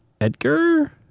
Edgar